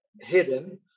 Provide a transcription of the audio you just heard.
hidden